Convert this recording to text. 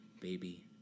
baby